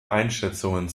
einschätzungen